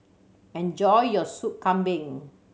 enjoy your Soup Kambing